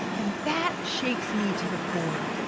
and that shakes me to the core.